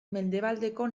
mendebaldeko